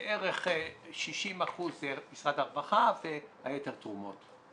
בערך 60% זה משרד הרווחה והיתר תרומות.